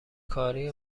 کاری